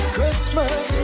Christmas